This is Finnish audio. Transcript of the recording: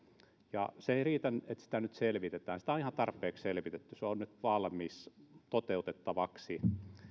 ja se ei riitä että sitä nyt selvitetään sitä on ihan tarpeeksi selvitetty se on nyt valmis toteutettavaksi